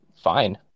fine